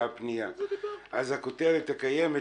את הכותרת הקיימת,